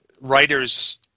writer's